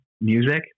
music